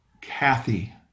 Kathy